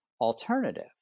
alternative